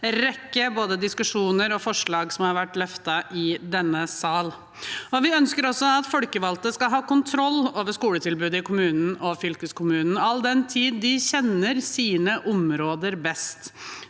rekke diskusjoner og forslag som har vært løftet fram i denne sal. Vi ønsker også at folkevalgte skal ha kontroll over skoletilbudet i kommuner og fylkeskommuner, all den tid de kjenner sine områder best.